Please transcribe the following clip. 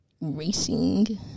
Racing